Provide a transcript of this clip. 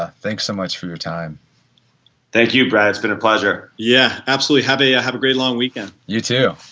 ah thanks so much for your time thank you brett, it's been a pleasure yeah, absolutely. have a have a great long weekend you too.